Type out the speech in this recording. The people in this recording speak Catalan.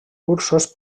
cursos